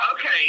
Okay